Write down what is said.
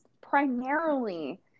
primarily